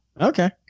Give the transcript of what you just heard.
Okay